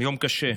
יום קשה.